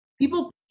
People